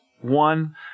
one